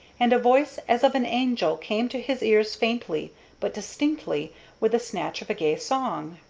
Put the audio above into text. and a voice as of an angel came to his ears faintly but distinctly with the snatch of a gay song.